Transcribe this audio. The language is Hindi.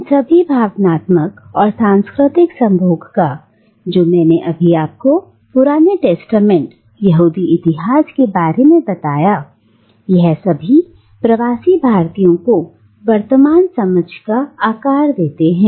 इन सभी भावनात्मक और सांस्कृतिक संभोग का जो मैंने अभी आपको पुराने टेस्टामेंट यहूदी इतिहास के बारे में बताया यह सभी प्रवासी भारतीयों की वर्तमान समझ को आकार देते हैं